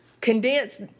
condensed